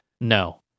No